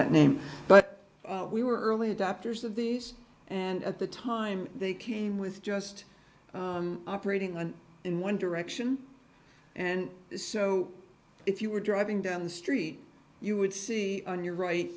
that name but we were early adopters of these and at the time they came with just operating on in one direction and so if you were driving down the street you would see on your right